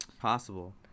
Possible